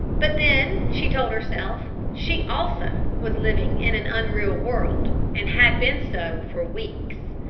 but then, she told herself, she also was living in an unreal world, and had been so for weeks.